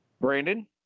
brandon